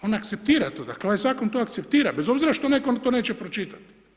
On akceptira to, dakle ovaj zakon to akceptira bez obzira što netko to neće pročitati.